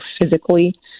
physically